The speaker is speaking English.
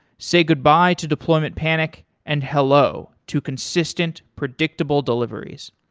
say goodbye to deployment panic and hello to consistent, predictable deliveries.